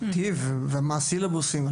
טיב ההכשרות, ומהם הסילבוסים.